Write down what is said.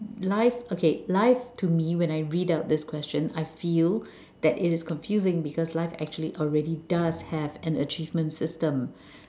life okay life to me when I read out this question I feel that it is confusing because life actually already does have an achievement system